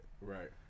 Right